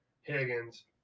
Higgins